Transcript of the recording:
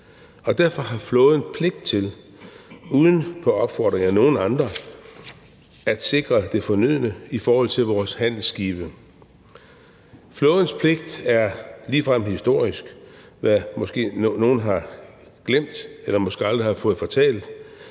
Derfor har flåden pligt til, uden opfordring fra nogen andre, at sikre det fornødne i forhold til vores handelsskibe. Flådens pligt er ligefrem historisk, hvad nogen måske har glemt eller måske aldrig har fået fortalt.